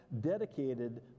dedicated